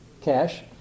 cash